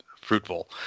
fruitful